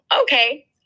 okay